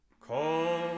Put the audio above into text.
call